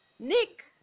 nick